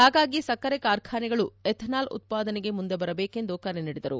ಹಾಗಾಗಿ ಸಕ್ಕರೆ ಕಾರ್ಖಾನೆಗಳು ಎಥೆನಾಲ್ ಉತ್ಪಾದನೆಗೆ ಮುಂದೆ ಬರಬೇಕೆಂದು ಕರೆ ನೀಡಿದರು